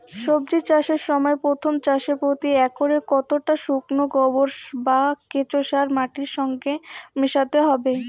সবজি চাষের সময় প্রথম চাষে প্রতি একরে কতটা শুকনো গোবর বা কেঁচো সার মাটির সঙ্গে মেশাতে হবে?